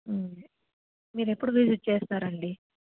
మీరు ఎప్పుడు విజిట్ చేస్తారు అండి